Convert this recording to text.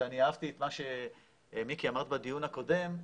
אני אהבתי את מה שאמרת מיקי, בדיון הקודם,